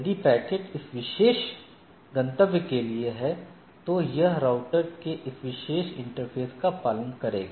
यदि पैकेट इस विशेष गंतव्य के लिए है तो यह राउटर के इस विशेष इंटरफ़ेस का पालन करेगा